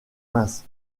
minces